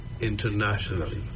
internationally